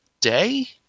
day